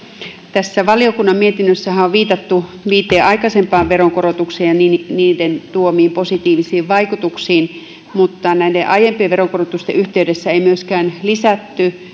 tässä valiokunnan mietinnössähän on viitattu viiteen aikaisempaan veronkorotukseen ja niiden tuomiin positiivisiin vaikutuksiin mutta näiden aiempien veronkorotusten yhteydessä ei myöskään lisätty